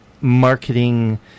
marketing